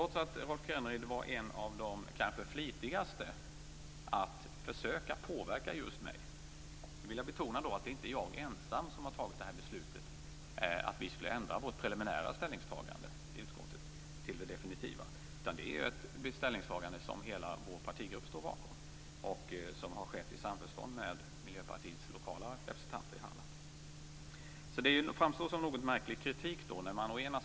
Ändå var Rolf Kenneryd kanske en av de flitigaste när det gällde att försöka påverka just mig. Nu vill jag betona att det inte är jag ensam som har beslutat att vi skulle ändra vårt preliminära ställningstagande i utskottet till det definitiva. Det är ett ställningstagande som hela vår partigrupp står bakom och som har skett i samförstånd med Miljöpartiets lokala representanter i Halland. Den här kritiken framstår därför som märklig.